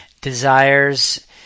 desires